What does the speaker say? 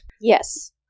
Yes